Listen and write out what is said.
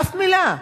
אף מלה.